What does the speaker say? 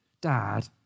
Dad